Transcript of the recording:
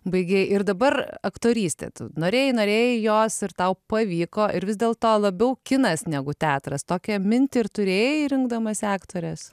baigei ir dabar aktorystė tu norėjai norėjai jos ir tau pavyko ir vis dėlto labiau kinas negu teatras tokią mintį ir turėjai rinkdamasi aktorės